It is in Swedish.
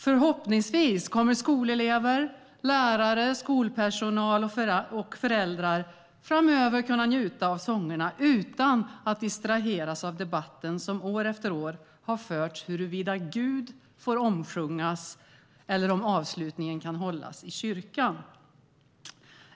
Förhoppningsvis kommer skolelever, lärare, skolpersonal och föräldrar framöver att kunna njuta av sångerna utan att distraheras av debatten som år efter år har förts huruvida Gud får omsjungas eller om avslutningen kan hållas i kyrkan.